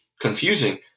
confusing